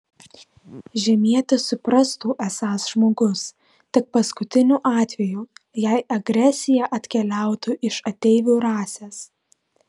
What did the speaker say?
žemietis suprastų esąs žmogus tik paskutiniu atveju jei agresija atkeliautų iš ateivių rasės